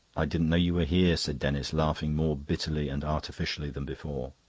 i didn't know you were here, said denis, laughing more bitterly and artificially than before.